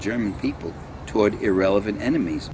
german people toward irrelevant enemies